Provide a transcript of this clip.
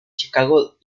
chicago